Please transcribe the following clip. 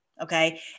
Okay